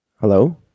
Hello